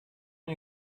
nie